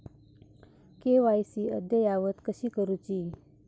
KYC अद्ययावत कशी करुची?